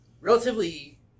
Relatively